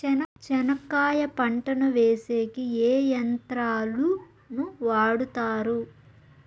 చెనక్కాయ పంటను వేసేకి ఏ యంత్రాలు ను వాడుతారు?